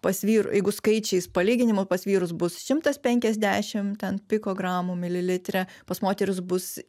pas vyr jeigu skaičiais palyginimui pas vyrus bus šimtas penkiasdešim ten pikogramų mililitre pas moteris bus